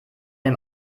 dem